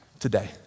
today